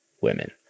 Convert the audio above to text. women